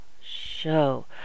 Show